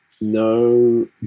No